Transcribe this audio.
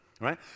right